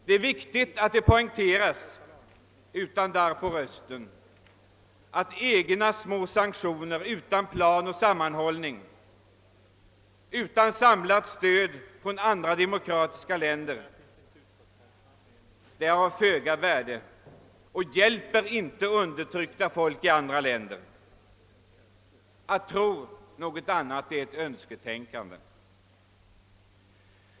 Det är viktigt att det poängteras, utan darr på rösten, att egna små sanktioner utan plan och sammanhållning, utan samlat stöd från andra demokratiska länder, har föga värde och inte hjälper undertryckta folk i andra länder. Att tro något annat är att hänge sig åt önsketänkande.